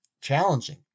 challenging